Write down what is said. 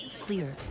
Clear